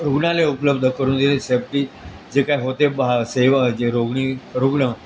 रुग्णालय उपलब्ध करून दिले सेफ्टी जे काय होते बा सेवा जे रुग्णी रुग्ण